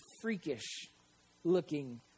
freakish-looking